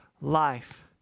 life